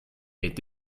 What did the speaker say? est